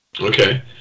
Okay